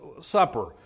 supper